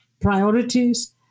priorities